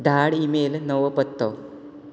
धाड ईमेल नवो पत्तो